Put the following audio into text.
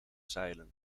zeilen